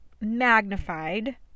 magnified